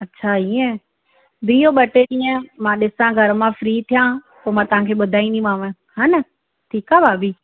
अच्छा ईअं बीहो ॿ टे ॾींहं मां ॾिसां घर मां फ्री थियां पोइ मां तव्हांखे बुधायदीमांव हा न ठीकु आहे भाभी